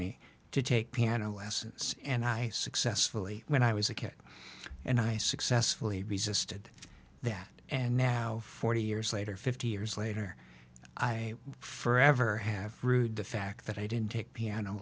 me to take piano lessons and i successfully when i was a kid and i successfully resisted that and now forty years later fifty years later i for ever have rued the fact that i didn't take piano